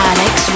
Alex